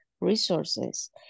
resources